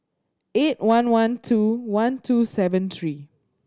eight one one two one two seven three